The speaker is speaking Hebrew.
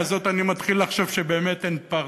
הזאת אני מתחיל לחשוב שבאמת אין פרטנר.